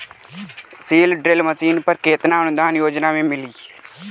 Seed drill machine पर केतना अनुदान योजना में मिली?